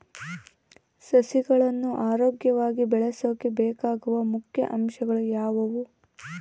ಸಸಿಗಳನ್ನು ಆರೋಗ್ಯವಾಗಿ ಬೆಳಸೊಕೆ ಬೇಕಾಗುವ ಮುಖ್ಯ ಅಂಶಗಳು ಯಾವವು?